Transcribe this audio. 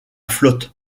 flotte